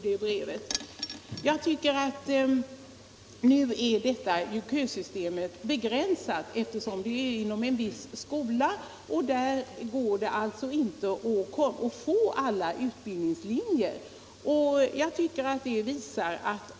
Detta kösystem är ju begränsat eftersom det är inom en viss skola, och där går det inte att få med alla utbildningslinjer.